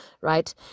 right